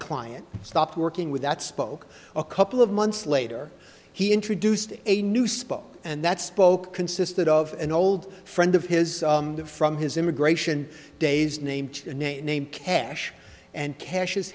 client stopped working with that spoke a couple of months later he introduced a new spot and that spoke consisted of an old friend of his from his immigration days named the name cash and cash is